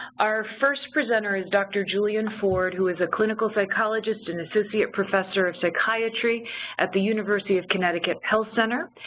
our first presenter is dr. julian ford who is a clinical psychologist and associate professor of psychiatry at the university of connecticut's health center.